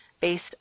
based